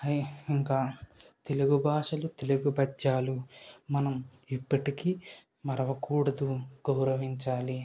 ఇంకా తెలుగు భాషలు తెలుగు పద్యాలు మనం ఎప్పటికీ మరవకూడదు గౌరవించాలి